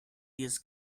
use